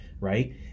right